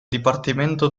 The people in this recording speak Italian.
dipartimento